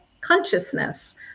consciousness